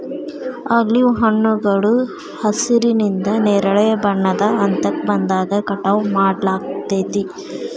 olive ಹಣ್ಣುಗಳು ಹಸಿರಿನಿಂದ ನೇರಳೆ ಬಣ್ಣದ ಹಂತಕ್ಕ ಬಂದಾಗ ಕಟಾವ್ ಮಾಡ್ಲಾಗ್ತೇತಿ